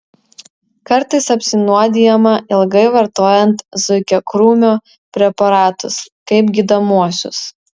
kartais apsinuodijama ilgai vartojant zuikiakrūmio preparatus kaip gydomuosius